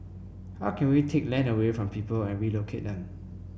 how can we take land away from people and relocate them